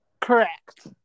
Correct